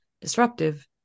disruptive